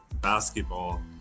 basketball